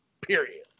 period